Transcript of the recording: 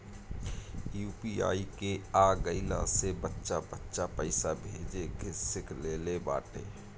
UPI के आ गईला से बच्चा बच्चा पईसा भेजे के सिख लेले बाटे